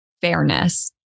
fairness